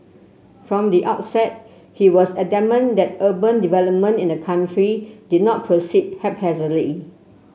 from the outset he was adamant that urban development in the country did not proceed haphazardly